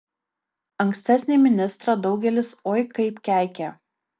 ankstesnį ministrą daugelis oi kaip keikė